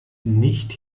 nicht